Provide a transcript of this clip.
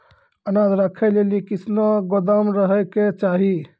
अनाज राखै लेली कैसनौ गोदाम रहै के चाही?